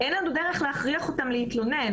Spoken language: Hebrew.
אין לנו דרך להכריח אותם להתלונן.